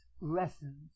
lessons